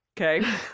okay